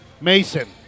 Mason